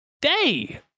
day